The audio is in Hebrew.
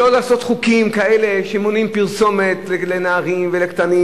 לא לעשות חוקים כאלה שמונעים פרסומת לנערים ולקטנים.